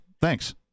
thanks